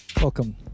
Welcome